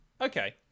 Okay